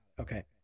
Okay